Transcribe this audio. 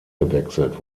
gewechselt